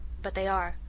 but they are!